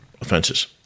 offenses